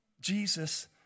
Jesus